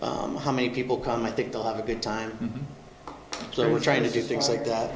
how many people come i think they'll have a good time there we're trying to do things like that